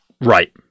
right